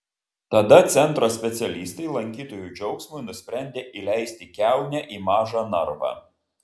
tada centro specialistai lankytojų džiaugsmui nusprendė įleisti kiaunę į mažą narvą